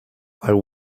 are